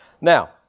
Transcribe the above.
Now